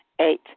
Eight